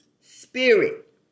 spirit